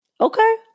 Okay